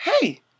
Hey